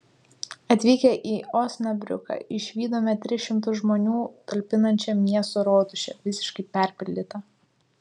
atvykę į osnabriuką išvydome tris šimtus žmonių talpinančią miesto rotušę visiškai perpildytą